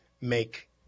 make